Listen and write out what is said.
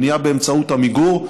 בנייה באמצעות עמיגור.